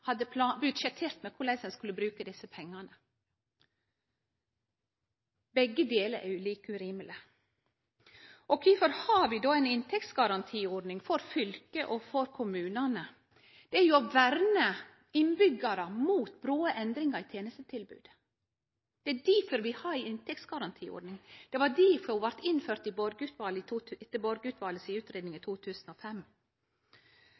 budsjettert med korleis dei skulle bruke desse pengane. Begge delar er jo like urimeleg. Kvifor har vi då ei inntektsgarantiordning for fylka og for kommunane? Det er jo for å verne innbyggjarane mot brå endringar i tenestetilbodet. Det er difor vi har ei inntektsgarantiordning. Det var difor ho blei innført etter Borge-utvalet si utgreiing i